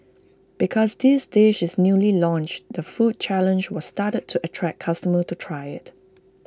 because this dish is newly launched the food challenge was started to attract customers to try IT